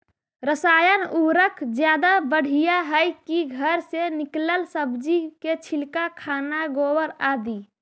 रासायन उर्वरक ज्यादा बढ़िया हैं कि घर से निकलल सब्जी के छिलका, खाना, गोबर, आदि?